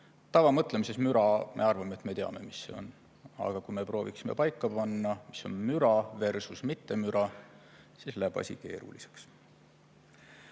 Tavamõtlemises me arvame, et me teame, mis see müra on, aga kui me prooviksime paika panna, mis on müraversusmittemüra, siis läheb asi keeruliseks.